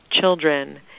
children